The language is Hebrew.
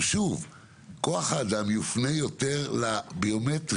כוח האדם יופנה יותר לביומטרי.